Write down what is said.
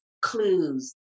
clues